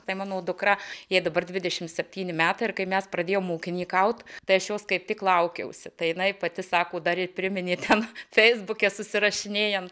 tai mano dukra jai dabar dvidešimt septyni metai ir kai mes pradėjome ūkininkauti tai aš jos kaip tik laukiausi tai jinai pati sako dar ir priminė ten feisbuke susirašinėjant